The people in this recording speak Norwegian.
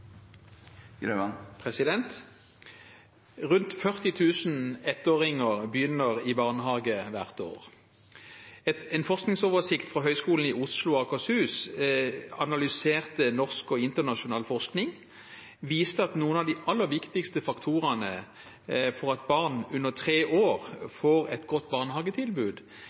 Grøvan – til oppfølgingsspørsmål. Rundt 40 000 ettåringer begynner i barnehage hvert år. En forskningsoversikt fra Høgskolen i Oslo og Akershus analyserte norsk og internasjonal forskning. Denne viste at noen av de aller viktigste faktorene for at barn under tre år får et godt barnehagetilbud,